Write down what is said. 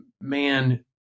man